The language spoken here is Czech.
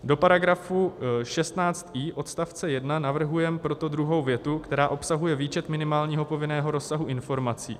Do § 16i odst. 1 navrhujeme proto druhou větu, která obsahuje výčet minimálního povinného rozsahu informací.